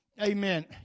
Amen